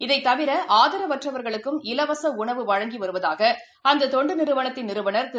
இதைதவிரஆதரவற்றவா்களுக்கும் இலவசஉணவு வழங்கிவருவதாகஅந்ததொண்டுநிறுவனத்தின்நிறுவனா் திரு